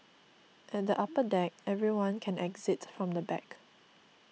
at the upper deck everyone can exit from the back